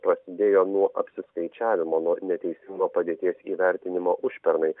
prasidėjo nuo apsiskaičiavimo nuo neteisingo padėties įvertinimo užpernai